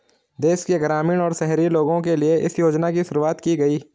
देश के ग्रामीण और शहरी लोगो के लिए इस योजना की शुरूवात की गयी